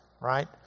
right